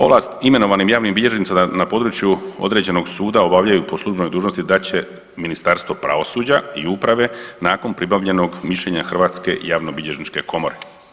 Ovlast imenovanim javnim bilježnicima na području određenog suda obavljaju po službenoj dužnosti dat će Ministarstvo pravosuđa i uprave nakon pribavljenog mišljenja Hrvatske javnobilježničke komore.